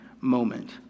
moment